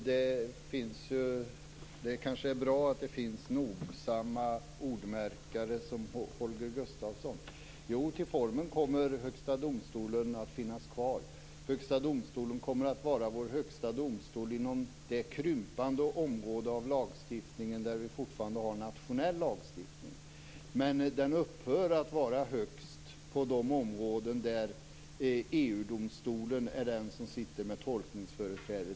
Fru talman! Det kanske är bra att det finns nogsamma ordmärkare som Holger Gustafsson. Till formen kommer Högsta domstolen att finnas kvar. Högsta domstolen kommer att vara vår högsta domstol inom de krympande områden av lagstiftning där vi fortfarande har nationell lagstiftning. Men den upphör att vara högst på de områden där EU:s domstol är den som sitter med tolkningsföreträde.